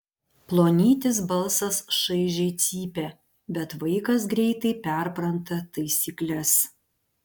plonytis balsas šaižiai cypia bet vaikas greitai perpranta taisykles